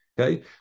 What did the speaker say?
Okay